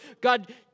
God